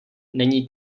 není